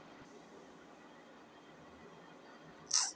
మీరు ఇచ్చిన లోన్ ను మాకు అనుకూలంగా కట్టుకోవచ్చా?